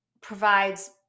provides